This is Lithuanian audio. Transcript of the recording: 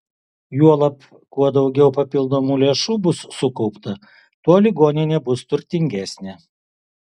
juolab kuo daugiau papildomų lėšų bus sukaupta tuo ligoninė bus turtingesnė